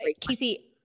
Casey